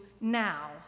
now